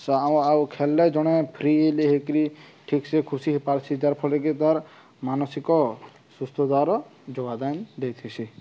ଆ ଆଉ ଖେଳିଲେ ଜଣେ ଫ୍ରି ହେଲେ ହେଇକିରି ଠିକ୍ସେ ଖୁସି ହେଇପାର୍ସି ଯାହାଫଳରେକି ତାର ମାନସିକ ସୁସ୍ଥଦାର ଯୋଗଦାନ ଦେଇଥିସି